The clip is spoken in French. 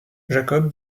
jacob